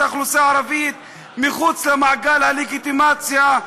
האוכלוסייה הערבית מחוץ למעגל הלגיטימציה,